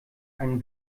einen